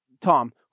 tom